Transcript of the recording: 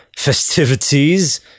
festivities